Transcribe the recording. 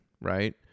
right